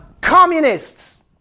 communists